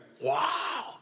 wow